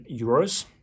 euros